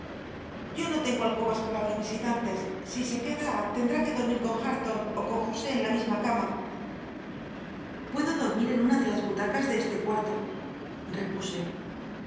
yo no tengo alcobas para los visitantes si se queda tendrá que dormir con hareton o con josé en la misma cama puedo dormir en una de las butacas de este cuarto repuse